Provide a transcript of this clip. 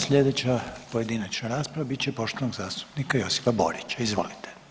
Slijedeća pojedinačna rasprava bit će poštovanog zastupnika Josipa Borića, izvolite.